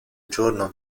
giorno